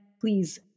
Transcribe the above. please